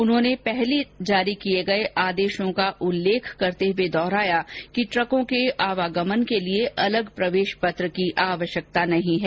उन्होंने पहले जारी किये गये आदेशों का उल्लेख करते हुए दोहराया कि ट्रक के आवागमन के लिए अलग प्रवेश पत्र की आवश्यकता नहीं है